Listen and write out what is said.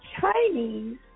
Chinese